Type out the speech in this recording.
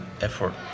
effort